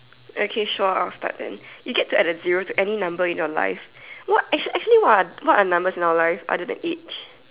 okay sure but then you get to add a zero to any number in your life what act actually what are what are numbers in our life other than age